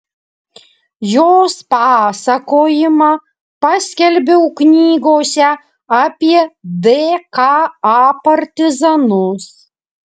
jos pasakojimą paskelbiau knygose apie dka partizanus